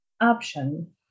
option